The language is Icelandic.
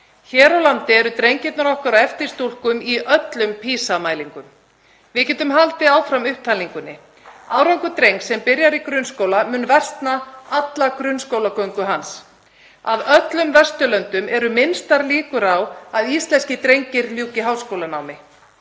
Hér á landi eru drengirnir okkar á eftir stúlkum í öllum PISA-mælingum. Við getum haldið áfram upptalningunni. Árangur drengs sem byrjar í grunnskóla mun versna alla grunnskólagöngu hans. Af öllum Vesturlöndum eru minnstar líkur á að íslenskir drengir ljúki háskólanámi.